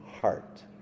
heart